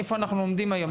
איפה אנחנו עומדים היום?